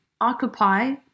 occupy